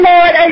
Lord